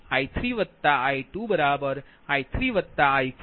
2 j2